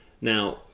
Now